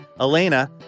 Elena